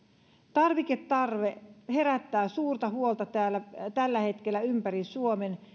tarviketarve herättää suurta huolta tällä hetkellä ympäri suomen